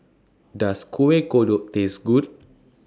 Does Kueh Kodok Taste Good